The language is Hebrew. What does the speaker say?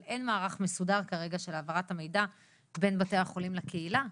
אבל אין מערך מסודר כרגע של העברת המידע בין התי החולים לקהילה,